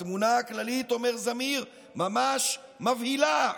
התמונה הכללית", אומר זמיר, "ממש מבהילה".